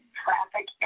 traffic